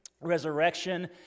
resurrection